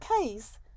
case